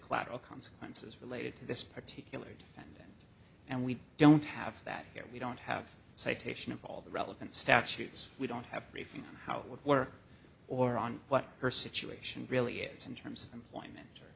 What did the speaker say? collateral consequences related to this particular defendant and we don't have that here we don't have a citation of all the relevant statutes we don't have review how it would work or on what her situation really is in terms of employment